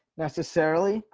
necessarily,